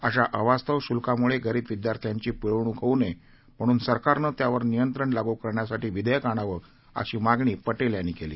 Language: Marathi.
अशा अवास्तव शुल्कामुळे गरीब विद्यार्थ्यांची पिळवणूक होऊ नये म्हणून सरकारनं त्यावर नियंत्रण लागू करण्यासाठी विधेयक आणावं अशी मागणी पटेल यांनी केली